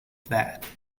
that